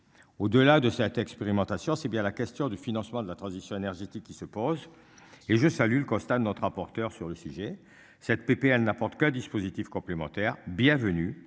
Au delà de cette expérimentation, c'est bien la question du financement de la transition énergétique qui se pose. Et je salue le constat de notre rapporteur sur le sujet cette PPL n'apporte qu'un dispositif complémentaire bienvenue